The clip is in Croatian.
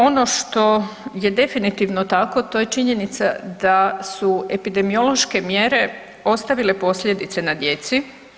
Ono što je definitivno tako to je činjenica da su epidemiološke mjere ostavile posljedice na djeci.